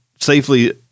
safely